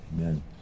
Amen